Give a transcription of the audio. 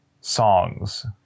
songs